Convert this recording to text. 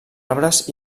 arbres